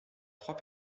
trois